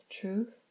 truth